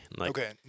Okay